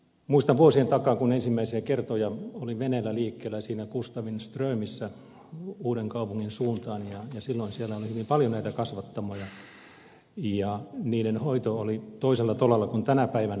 muistan vuosien takaa kun ensimmäisiä kertoja olin veneellä liikkeellä siinä kustavin ströömissä uudenkaupungin suuntaan ja silloin siellä oli hyvin paljon näitä kasvattamoja ja niiden hoito oli toisella tolalla kuin tänä päivänä